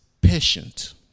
patient